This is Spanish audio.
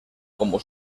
como